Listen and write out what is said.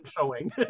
showing